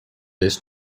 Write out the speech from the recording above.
this